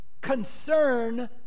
concern